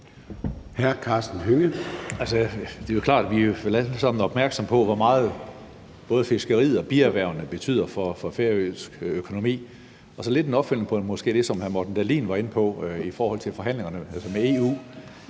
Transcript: er opmærksomme på, hvor meget både fiskeriet og bierhvervene betyder for færøsk økonomi. Og så måske lidt en opfølgning på det, hr. Morten Dahlin var inde på i forhold til forhandlingerne med EU: